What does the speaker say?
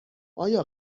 آیا